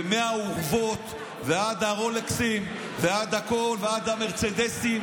מהאורוות ועד הרולקסים ועד הכול ועד המרצדסים,